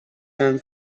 and